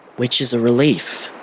which is a relief,